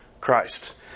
Christ